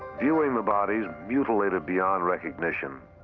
viewing the bodies mutilated beyond recognition,